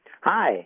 Hi